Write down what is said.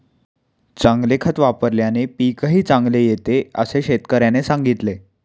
चांगले खत वापल्याने पीकही चांगले येते असे शेतकऱ्याने सांगितले